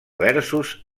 versos